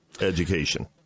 education